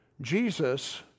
Jesus